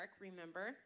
remember